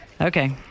Okay